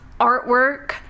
artwork